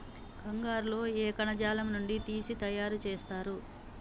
కంగారు లో ఏ కణజాలం నుండి తీసి తయారు చేస్తారు?